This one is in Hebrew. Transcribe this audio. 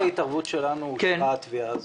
בעקבות ההתערבות שלנו אושרה התביעה הזאת.